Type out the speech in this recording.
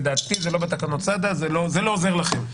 לדעתי זה לא עוזר לכם.